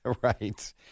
Right